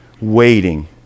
waiting